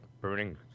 burning